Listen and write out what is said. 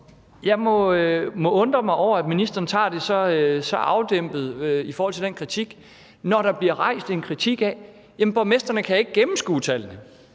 Jeg må undre mig over, at ministeren tager det så afdæmpet i forhold til den kritik, når der bliver rejst en kritik af, at borgmestrene ikke kan gennemskue tallene.